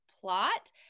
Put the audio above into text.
plot